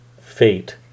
fate